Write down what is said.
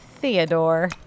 Theodore